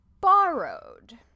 borrowed